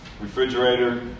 refrigerator